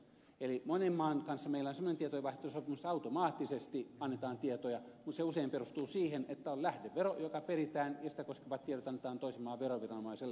eli monen maan kanssa meillä on semmoinen tietojenvaihtosopimus että automaattisesti annetaan tietoja kun se usein perustuu siihen että on lähdevero joka peritään ja sitä koskevat tiedot annetaan toisen maan veroviranomaiselle